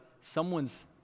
someone's